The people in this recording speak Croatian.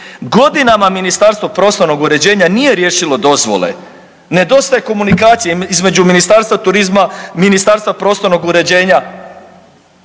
Godinama Ministarstvo prostornog uređenja nije riješilo dozvole, ne dostaje komunikacije između Ministarstva turizma, Ministarstva prostornog uređenja,